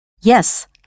Yes